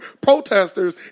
protesters